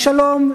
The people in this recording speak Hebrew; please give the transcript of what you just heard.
השלום,